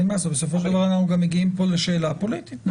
בסופו של דבר אנחנו מגיעים פה לשאלה הפוליטית.